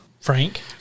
Frank